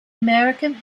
american